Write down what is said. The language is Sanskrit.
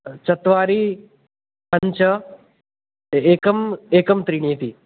चत्वारि पञ्च एकम् एकं त्रीणि इति